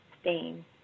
stain